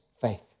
faith